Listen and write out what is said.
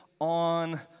on